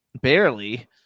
barely